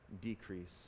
decrease